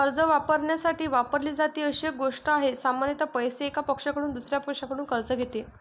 कर्ज वापरण्यासाठी वापरली जाते अशी एक गोष्ट आहे, सामान्यत पैसे, एका पक्षाकडून दुसर्या पक्षाकडून कर्ज घेते